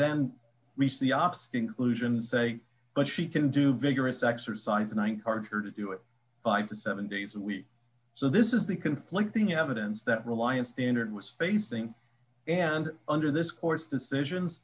then reese the ops inclusions say but she can do vigorous exercise in one part of her to do it by to seven days a week so this is the conflicting evidence that reliance standard was facing and under this court's decisions